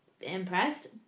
impressed